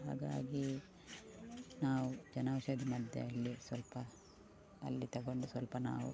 ಹಾಗಾಗಿ ನಾವು ಜನೌಷಧಿ ಮದ್ದೇ ಆಗಲಿ ಸ್ವಲ್ಪ ಅಲ್ಲಿ ತೊಗೊಂಡು ಸ್ವಲ್ಪ ನಾವು